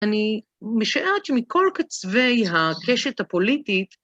אני משערת שמכל קצווי הקשת הפוליטית